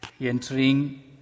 entering